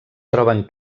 troben